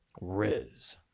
Riz